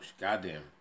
goddamn